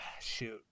Shoot